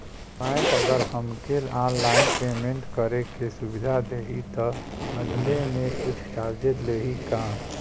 Bank अगर हमके online payment करे के सुविधा देही त बदले में कुछ चार्जेस लेही का?